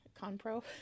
Con-pro